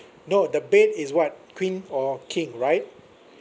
no the bed is what queen or king right